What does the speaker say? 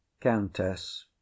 COUNTESS